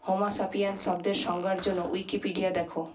Homo sapiens শব্দের সংজ্ঞার জন্য উইকিপিডিয়া দেখো